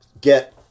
get